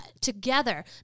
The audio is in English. together